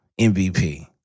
MVP